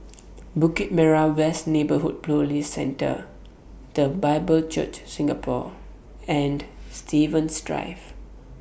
Bukit Merah West Neighbourhood Police Centre The Bible Church Singapore and Stevens Drive